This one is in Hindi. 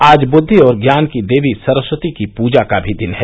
आज बुद्धि और ज्ञान की देवी सरस्वती की पूजा का भी दिन है